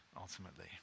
ultimately